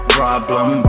problem